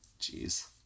Jeez